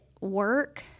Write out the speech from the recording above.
work